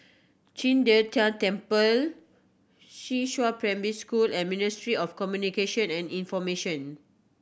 Qing De Tang Temple Primary School and Ministry of Communication and Information